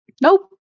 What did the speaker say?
Nope